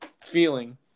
feeling